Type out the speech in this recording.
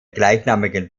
gleichnamigen